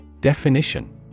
Definition